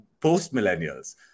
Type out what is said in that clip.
post-millennials